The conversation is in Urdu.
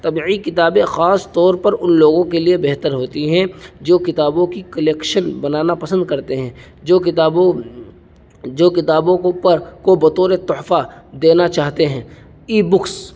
طبعی کتابیں خاص طور پر ان لوگوں کے لیے بہتر ہوتی ہیں جو کتابوں کی کلیکشن بنانا پسند کرتے ہیں جو کتابوں جو کتابوں کو اوپر بطور تحفہ دینا چاہتے ہیں ای بکس